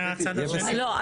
לא,